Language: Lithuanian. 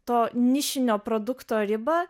to nišinio produkto ribą